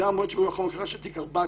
תיק 4,000,